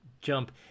jump